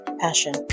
passion